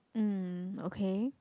um okay